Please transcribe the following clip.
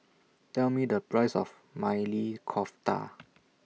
Tell Me The Price of Maili Kofta